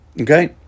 Okay